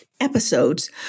episodes